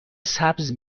سبز